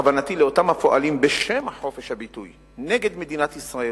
כוונתי לאותם הפועלים בשם חופש הביטוי נגד מדינת ישראל,